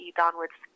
downwards